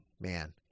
man